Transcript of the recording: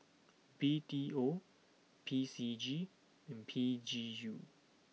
B T O P C G and P G U